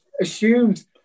assumed